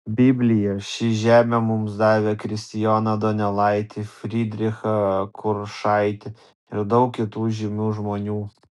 biblija ši žemė mums davė kristijoną donelaitį frydrichą kuršaitį ir daug kitų žymių žmonių